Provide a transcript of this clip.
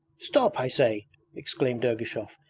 stop, i say exclaimed ergushov,